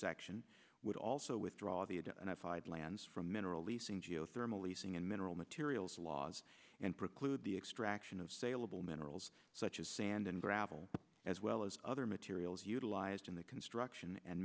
section would also withdraw the ada and i five lands from mineral leasing geothermal leasing and mineral materials laws and preclude the extraction of saleable minerals such as sand and gravel as well as other materials utilized in the construction and